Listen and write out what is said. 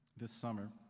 this summer